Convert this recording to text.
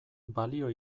balio